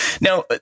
Now